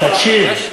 תקשיב,